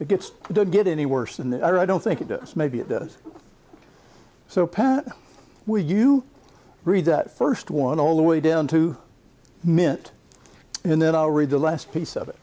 it gets don't get any worse than that i don't think it does maybe it does so pat will you read that first one all the way down to mit and then i'll read the last piece of it